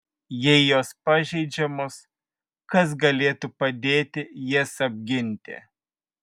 jei jos pažeidžiamos kas galėtų padėti jas apginti